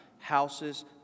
houses